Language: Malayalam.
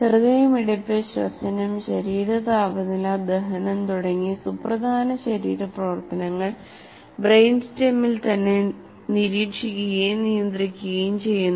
ഹൃദയമിടിപ്പ് ശ്വസനം ശരീര താപനില ദഹനം തുടങ്ങിയ സുപ്രധാന ശരീര പ്രവർത്തനങ്ങൾ ബ്രെയിൻ സ്റെമ്മിൽ തന്നെ നിരീക്ഷിക്കുകയും നിയന്ത്രിക്കുകയും ചെയ്യുന്നു